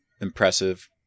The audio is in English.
impressive